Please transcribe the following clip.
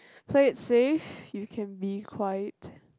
so it's safe you can be quite